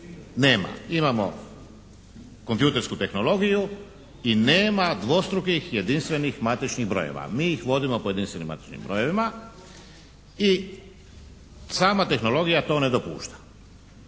nema. Imamo kompjutersku tehnologiju i nema dvostrukih jedinstvenih matičnih brojeva. Mi ih vodimo po jedinstvenim matičnim brojevima i sama tehnologija to ne dopušta.